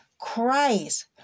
Christ